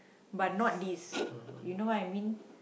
but not this you know what I mean